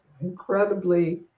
incredibly